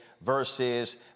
versus